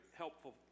helpful